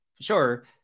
sure